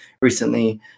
recently